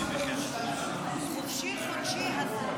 חופשי חודשי